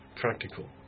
practical